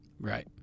Right